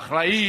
אטוס איתכם.